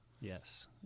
Yes